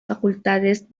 facultades